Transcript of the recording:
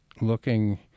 looking